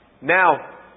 Now